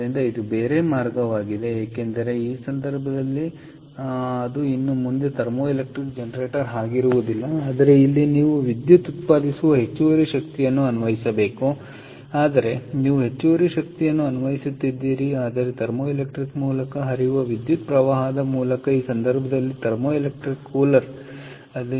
ಆದ್ದರಿಂದ ಇದು ಬೇರೆ ಮಾರ್ಗವಾಗಿದೆ ಏಕೆಂದರೆ ಈ ಸಂದರ್ಭದಲ್ಲಿ ಅದು ಇನ್ನು ಮುಂದೆ ಥರ್ಮೋಎಲೆಕ್ಟ್ರಿಕ್ ಜನರೇಟರ್ ಆಗಿರುವುದಿಲ್ಲ ಆದರೆ ಇಲ್ಲಿ ನೀವು ವಿದ್ಯುತ್ ಉತ್ಪಾದಿಸದ ಹೆಚ್ಚುವರಿ ಶಕ್ತಿಯನ್ನು ಅನ್ವಯಿಸಬೇಕು ಆದರೆ ನೀವು ಹೆಚ್ಚುವರಿ ಶಕ್ತಿಯನ್ನು ಅನ್ವಯಿಸುತ್ತಿದ್ದೀರಿ ಆದರೆ ಥರ್ಮೋಎಲೆಕ್ಟ್ರಿಕ್ ಮೂಲಕ ಹರಿಯುವ ವಿದ್ಯುತ್ ಪ್ರವಾಹದ ಮೂಲಕ ಥರ್ಮೋಎಲೆಕ್ಟ್ರಿಕ್ ಕೂಲರ್ ಬಳಸಲಾಗುತ್ತದೆ